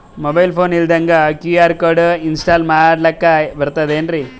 Mobile phone ಇಲ್ದಂಗ QR code ಇನ್ಸ್ಟಾಲ ಮಾಡ್ಲಕ ಬರ್ತದೇನ್ರಿ?